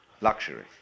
luxury